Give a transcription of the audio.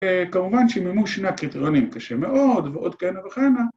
‫כמובן שמימוש שני הקריטרונים ‫קשה מאוד, ועוד כהנה וכהנה.